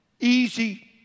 easy